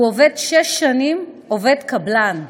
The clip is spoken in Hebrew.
הוא עובד שש שנים, עובד קבלן.